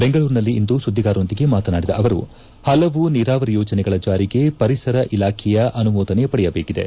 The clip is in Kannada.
ಬೆಂಗಳೂರಿನಲ್ಲಿಂದು ಸುದ್ದಿಗಾರರೊಂದಿಗೆ ಮಾತನಾಡಿದ ಅವರು ಹಲವು ನೀರಾವರಿ ಯೋಜನೆಗಳ ಜಾರಿಗೆ ಪರಿಸರ ಇಲಾಖೆಯ ಅನುಮೋದನೆ ಪಡೆಯಬೇಕಿದೆ